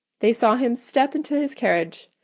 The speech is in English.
they saw him step into his carriage,